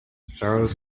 sorrows